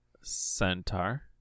Centaur